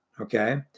Okay